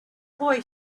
boy